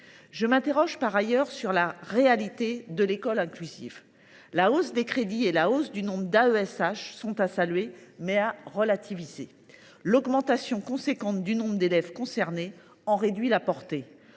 Je m’interroge par ailleurs sur la réalité de l’école inclusive. La hausse des crédits et du nombre d’AESH est à saluer, mais doit être relativisée, car l’augmentation importante du nombre d’élèves concernés en réduit la portée.